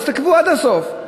אז תעכבו עד הסוף.